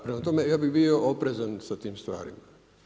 Prema tome, ja bih bio oprezan sa tim stvarima.